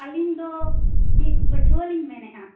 ᱟᱹᱞᱤᱧ ᱫᱚ ᱢᱤᱫ ᱯᱟ ᱴᱷᱩᱣᱟ ᱞᱤᱧ ᱢᱮᱱᱮᱫᱼᱟ